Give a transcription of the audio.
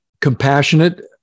compassionate